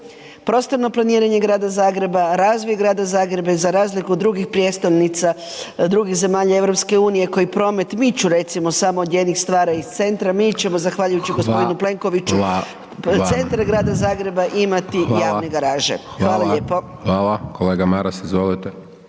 prostorno planiranje grada Zagreba, razvoj grada Zagreba i za razliku od drugih prijestolnica drugih zemalja EU koji promet miču recimo samo … stvara iz centra. Mi ćemo zahvaljujući gospodinu Plenkoviću u centru grada Zagreba imati javne garaže. Hvala lijepo. **Hajdaš Dončić, Siniša (SDP)** Hvala. Kolega Maras, izvolite.